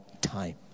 time